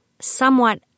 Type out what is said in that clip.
somewhat